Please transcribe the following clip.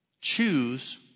choose